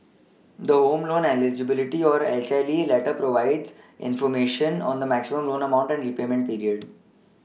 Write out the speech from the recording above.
the home loan Eligibility or H L E letter provides information on the maximum loan amount and repayment period